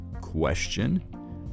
question